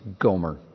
Gomer